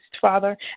Father